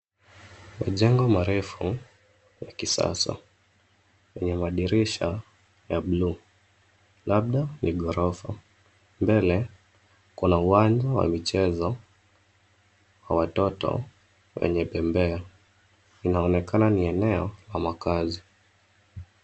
Majengo marefu ya kisasa, ni ya madirisha ya buluu. Labda ni ghorofa. Mbele kuna uwanja wa michezo wa watoto wenye bembea. Inaonekana ni eneo la makaazi.